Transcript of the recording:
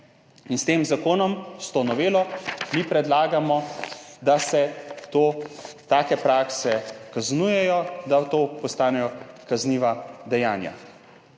in s tem zakonom, s to novelo mi predlagamo, da se take prakse kaznujejo, da to postanejo kazniva dejanja.